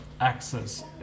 access